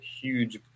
huge